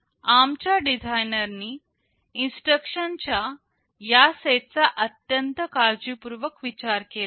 ARM च्या designer नी instruction च्या या सेट चा अत्यंत काळजीपूर्वक विचार केला आहे